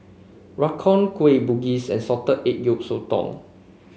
rawon Kueh Bugis and Salted Egg Yolk Sotong